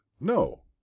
No